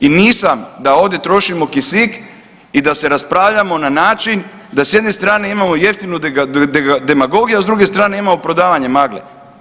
I nisam da ovdje trošimo kisik i da se raspravljamo na način da s jedne strane imamo jeftinu demagogiju, a s druge strane imamo prodavanje magle.